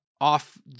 off